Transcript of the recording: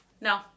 No